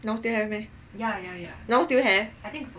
now still have meh now still have